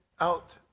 out